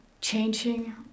changing